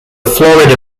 florida